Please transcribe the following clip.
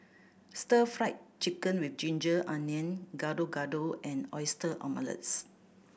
Stir Fried Chicken with ginger onion Gado Gado and oyster omelettes